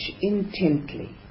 intently